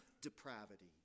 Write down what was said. depravity